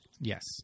Yes